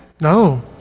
No